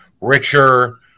richer